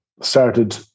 started